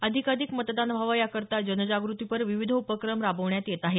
अधिकाधिक मतदान व्हावं या करता जनजाग्रतीपर विविध उपक्रम राबवण्यात येत आहेत